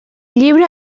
llibre